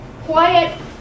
quiet